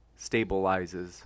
stabilizes